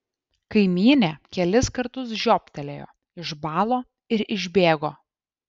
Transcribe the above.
kaimynė kelis kartus žiobtelėjo išbalo ir išbėgo